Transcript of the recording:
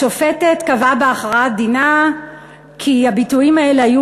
השופטת כתבה בהכרעת דינה כי הביטויים האלה היו